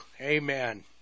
Amen